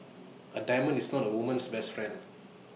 A diamond is not A woman's best friend